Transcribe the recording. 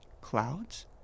Clouds